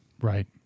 Right